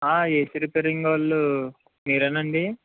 AC repairing వాళ్ళు మీరేనా అండి